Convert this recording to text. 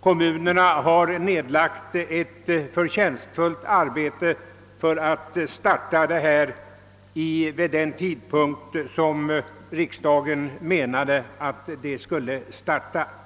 Kommunerna har nedlagt ett förtjänstfullt ar bete för att starta sådan vid den tidpunkt som riksdagen har uttalat sig för.